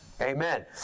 Amen